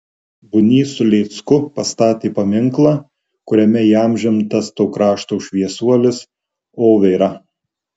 bunys su lėcku pastatė paminklą kuriame įamžintas to krašto šviesuolis overa